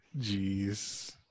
Jeez